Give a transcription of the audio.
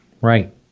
Right